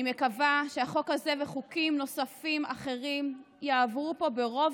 אני מקווה שהחוק הזה וחוקים נוספים אחרים יעברו פה ברוב